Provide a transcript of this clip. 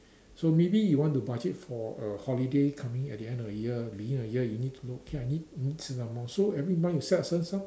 so maybe you want to budget for a holiday coming at the end of the year within a year you need to know okay I need I need certain amount so every month you set a certain sum